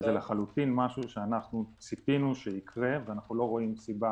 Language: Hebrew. זה לחלוטין משהו שציפינו שיקרה ואנחנו לא רואים סיבה